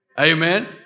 Amen